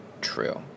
true